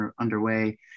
underway